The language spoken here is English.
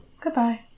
Goodbye